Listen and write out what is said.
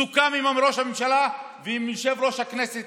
סוכם עם ראש הממשלה ועם יושב-ראש הכנסת